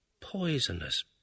Poisonous